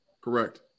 correct